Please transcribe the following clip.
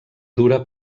dura